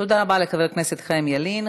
תודה רבה לחבר הכנסת חיים ילין.